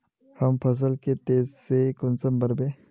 हम फसल के तेज से कुंसम बढ़बे?